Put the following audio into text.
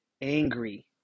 angry